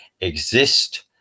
exist